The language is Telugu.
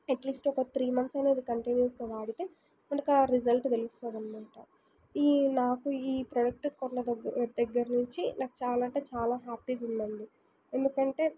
అట్లీస్ట్ ఒక త్రీ మంత్స్ అయినా ఇది కంటిన్యూస్గా వాడితే మనకా రిజల్ట్ తెలుస్తుందనమాట నాకు ఈ నాకు ఈ ప్రోడక్ట్ కొన్న దగ్గ దగ్గరనుంచి నాకు చాలా అంటే చాలా హ్యాపీగుందండి ఎందుకంటే